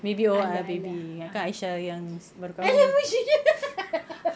ah ya ah ya ah !alah! busuk